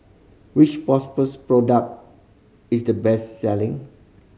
which Propass product is the best selling